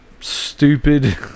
stupid